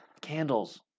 candles